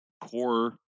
core